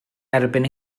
erbyn